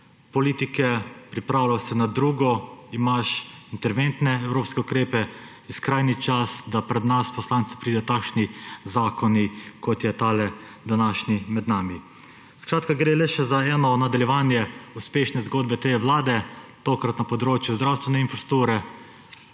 politike, pripravljaš se na drugo, imaš interventne evropske ukrepe, je skrajni čas, da pred nas poslance pridejo takšni zakoni, kot je tale današnji med nami. Gre le še za eno nadaljevanje uspešne zgodbe te vlade, tokrat na področju zdravstvene infrastrukture.